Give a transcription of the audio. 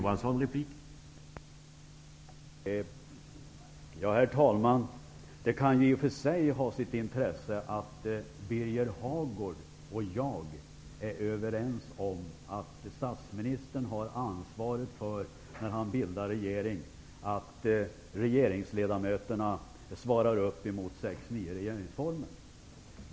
Herr talman! Det kan i och för sig ha sitt intresse att Birger Hagård och jag är överens om att statsministern har ansvaret för att regeringsledamöterna svarar upp mot 6 kap. 9 § regeringsformen när han bildar regering.